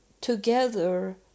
together